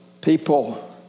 people